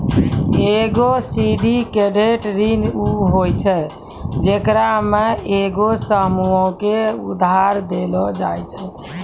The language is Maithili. एगो सिंडिकेटेड ऋण उ होय छै जेकरा मे एगो समूहो के उधार देलो जाय छै